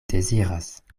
deziras